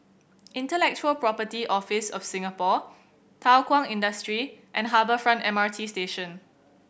Intellectual Property Office of Singapore Thow Kwang Industry and Harbour Front M R T Station